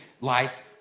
life